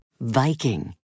Viking